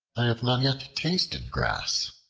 i have not yet tasted grass.